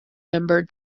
member